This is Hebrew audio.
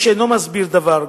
איש אינו מסביר דבר.